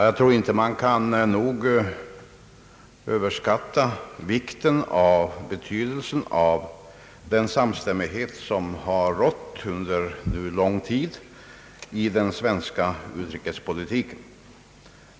Jag tror inte man kan överskatta betydelsen av den samstämmighet som under lång tid rått i den svenska utrikespolitiken.